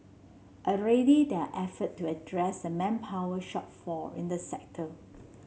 already there are effort to address the manpower shortfall in the sector